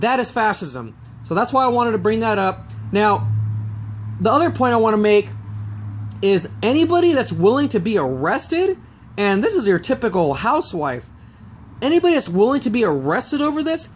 that as fast as them so that's why i wanted to bring that up now the other point i want to make is anybody that's willing to be arrested and this is your typical housewife anybody is willing to be arrested over th